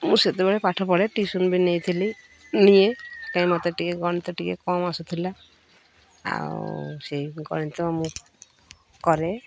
ମୁଁ ସେତେବେଳେ ପାଠ ପଢ଼େ ଟ୍ୟୁସନ୍ ବି ନେଇଥିଲି ନିଏ କାଇଁ ମତେ ଟିକେ ଗଣିତ ଟିକେ କମ୍ ଆସୁଥିଲା ଆଉ ସେଇ ଗଣିତ ମୁଁ କରେ